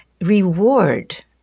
reward